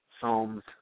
Psalms